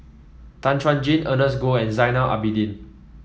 Tan Chuan Jin Ernest Goh and Zainal Abidin